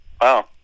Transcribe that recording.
Wow